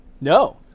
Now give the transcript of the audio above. no